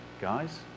guys